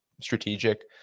strategic